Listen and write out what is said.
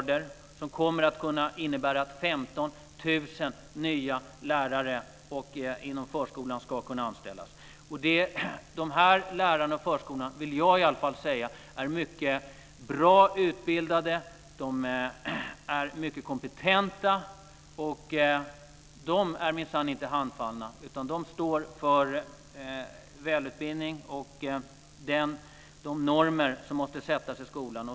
Det kommer att innebära att 15 000 nya lärare ska kunna anställas i skolan och i förskolan. Dessa lärare är mycket bra utbildade och mycket kompetenta. De är minsann inte handfallna, utan de står för de normer som måste sättas i skolan.